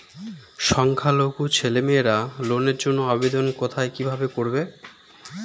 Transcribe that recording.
সংখ্যালঘু ছেলেমেয়েরা লোনের জন্য আবেদন কোথায় কিভাবে করবে?